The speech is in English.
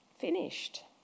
finished